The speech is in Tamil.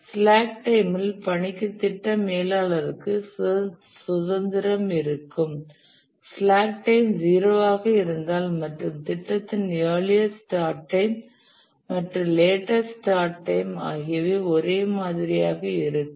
ஸ்லாக் டைம் ல் பணிக்கு திட்ட மேலாளருக்கு சில சுதந்திரம் இருக்கும் ஸ்லாக் டைம் 0 ஆக இருந்தால் மற்றும் திட்டத்தின் இயர்லியஸ்ட் ஸ்டார்ட் டைம் மற்றும் லேட்டஸ்ட் ஸ்டார்ட் டைம் ஆகியவை ஒரே மாதிரியாக இருக்கும்